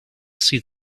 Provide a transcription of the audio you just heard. see